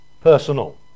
personal